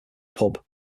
pub